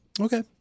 Okay